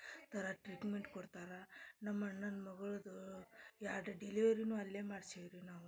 ಥರ ಟ್ರೀಟ್ಮೆಂಟ್ ಕೊಡ್ತಾರೆ ನಮ್ಮಣ್ಣನ್ನ ಮಗಳದ್ದು ಎರಡು ಡಿಲೆವರಿನು ಅಲ್ಲೇ ಮಾಡ್ಸಿವ್ರಿ ನಾವು